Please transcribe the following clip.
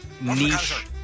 niche